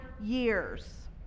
years